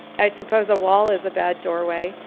i suppose a wall is a bad doorway,